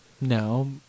no